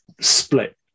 split